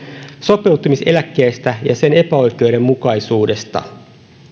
sopeutumiseläkkeestä ja sen epäoikeudenmukaisuudesta